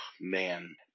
man